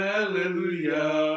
Hallelujah